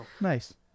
Nice